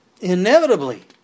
inevitably